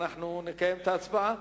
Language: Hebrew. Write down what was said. אנחנו נקיים את ההצבעה,